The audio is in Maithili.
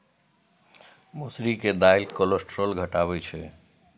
मौसरी के दालि कोलेस्ट्रॉल घटाबै छै